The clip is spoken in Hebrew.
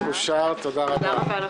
אושר, תודה רבה.